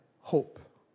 Hope